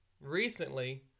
recently